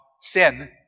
sin